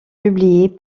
publiés